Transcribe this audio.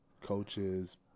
Coaches